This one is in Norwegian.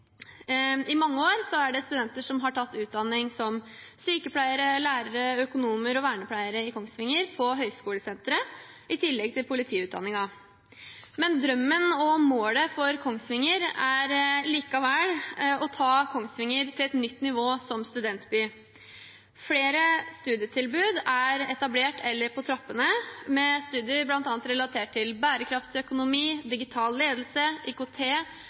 I mange år er det studenter som har tatt utdanning som sykepleiere, lærere, økonomer og vernepleiere ved Høgskolesenteret i Kongsvinger, i tillegg til politiutdanningen. Men drømmen og målet for Kongsvinger er likevel å ta Kongsvinger til et nytt nivå som studentby. Flere studietilbud er etablert eller på trappene, med studier bl.a. relatert til bærekraftsøkonomi, digital ledelse, IKT,